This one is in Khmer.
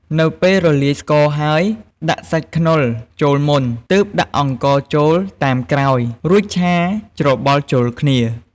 នៅពេលរលាយស្ករហើយ ដាក់សាច់ខ្នុរចូលមុន ទើបដាក់អង្ករចូលតាមក្រោយ រួចឆាច្របល់ចូលគ្នា។